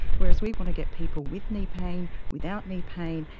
whereas we want to get people with knee pain, without knee pain,